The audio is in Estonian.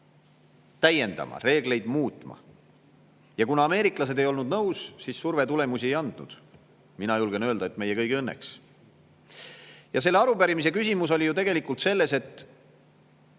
täiendama, reegleid muutma. Ja kuna ameeriklased ei olnud nõus, siis surve tulemusi ei andnud. Mina julgen öelda, et meie kõigi õnneks. Selle arupärimise küsimus oli ju tegelikult selles, et